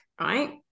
right